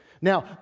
Now